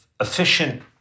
efficient